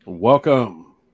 Welcome